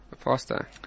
faster